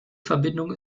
verbindung